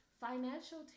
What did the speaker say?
financial